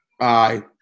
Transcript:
Aye